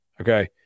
okay